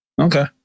Okay